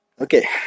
Okay